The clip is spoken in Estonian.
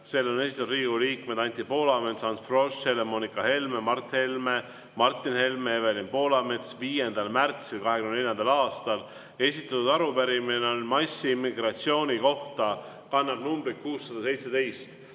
Selle on esitanud Riigikogu liikmed Anti Poolamets, Ants Frosch, Helle-Moonika Helme, Mart Helme, Martin Helme ja Evelin Poolamets 5. märtsil 2024. aastal. Arupärimine on massiimmigratsiooni kohta ja kannab numbrit 617.